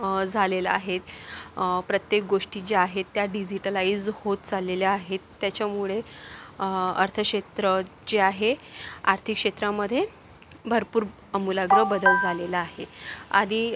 झालेलं आहे प्रत्येक गोष्टी ज्या आहे त्या डिजिटालाइज होत चाललेल्या आहेत त्याच्यामुळे अर्थक्षेत्र जे आहे आर्थिक क्षेत्रामध्ये भरपूर आमूलाग्र बदल झालेला आहे आधी